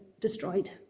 destroyed